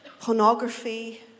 pornography